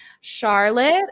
Charlotte